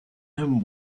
him